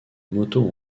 motos